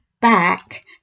back